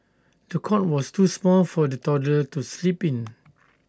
the cot was too small for the toddler to sleep in